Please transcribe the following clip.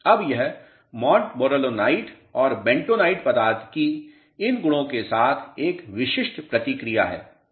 अब यह मॉन्टमोरोलाइट और बेंटोनाइट पदार्थ की इन गुणों के साथ एक विशिष्ट प्रतिक्रिया है